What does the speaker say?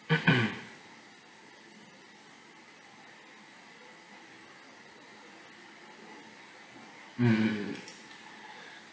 mm